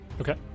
Okay